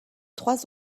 trois